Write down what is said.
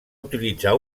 utilitzar